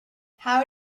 how